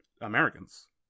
Americans